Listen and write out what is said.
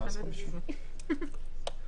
אז ביום חמישי.